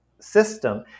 system